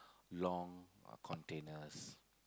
long containers